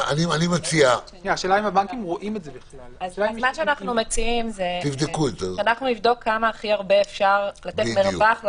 אנחנו מציעים שאנחנו נבדוק מה המרווח הכי גדול